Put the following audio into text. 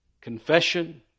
confession